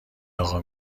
اقا